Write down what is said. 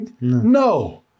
no